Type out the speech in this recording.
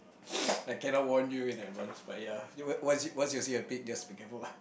I cannot warn you in advance but ya once you once you see a bit just be careful lah